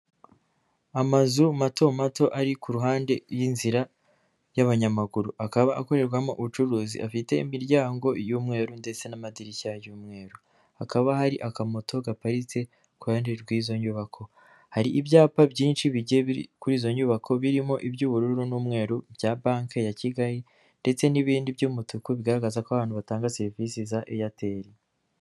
aAazu mato mato ari ku ruhande y'inzira y'abanyamaguru akaba akorerwamo ubucuruzi afite imiryangoy'umweru ndetse n'amadirishya y'umweru hakaba hari akamoto gaparitse kuhan rw'izo nyubako hari ibyapa byinshi kuri izo nyubako birimo iby'ubururu n'umweru bya banki ya kigali ndetse n'ibindi by'umutuku bigaragaza ko abantu batanga serivisi za eyateri.